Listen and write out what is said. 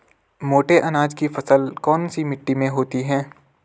मोटे अनाज की फसल कौन सी मिट्टी में होती है?